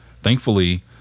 Thankfully